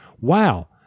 Wow